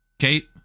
Kate